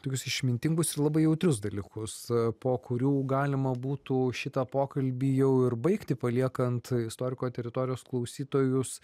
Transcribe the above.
tokius išmintingus ir labai jautrius dalykus po kurių galima būtų šitą pokalbį jau ir baigti paliekant istoriko teritorijos klausytojus